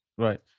right